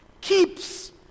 keeps